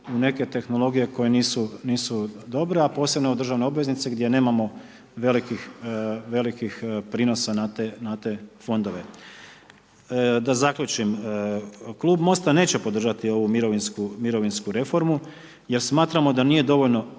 u neke tehnologije koje nisu dobre, a posebno u državne obveznice gdje nemamo velikih prinosa na te fondove. Da zaključim, klub MOST-a neće podržati ovu mirovinsku reformu jer smatramo da nije dovoljno